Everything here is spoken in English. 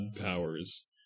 powers